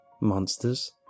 Monsters